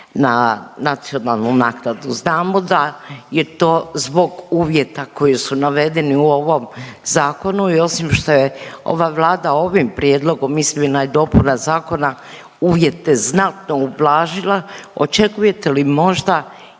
na nacionalnu naknadu. Znamo da je to zbog uvjeta koji su navedeni u ovom zakonu i osim što je ova Vlada ovim prijedlogom izmjena i dopuna zakona uvjete znatno ublažila očekujete li možda